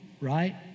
right